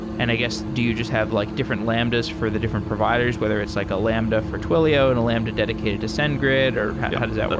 and i guess do you just have like different lambdas for the different providers? whether it's like a lambda for twilio and a lambda dedicated to sendgrid. how how does that work?